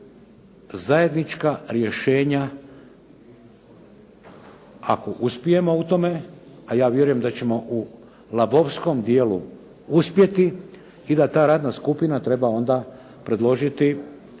zajednička rješenja ako uspijemo u tome, a ja vjerujem da ćemo u lavovskom dijelu uspjeti i da ta radna skupina treba onda predložiti